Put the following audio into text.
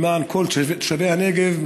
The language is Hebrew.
למען כל תושבי הנגב,